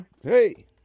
Hey